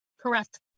Correct